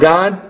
God